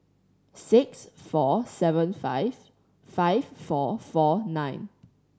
six four seven five five four four nine